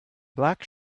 black